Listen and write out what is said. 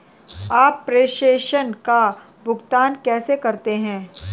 आप प्रेषण का भुगतान कैसे करते हैं?